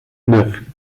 neuf